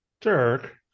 Dirk